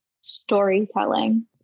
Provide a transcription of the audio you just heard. storytelling